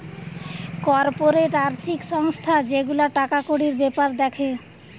corporate আর্থিক সংস্থা যে গুলা টাকা কড়ির বেপার দ্যাখে